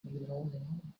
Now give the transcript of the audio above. morning